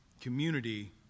community